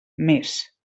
més